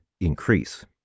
increase